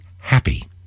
happy